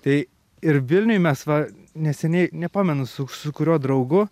tai ir vilniuj mes va neseniai nepamenu su kuriuo draugu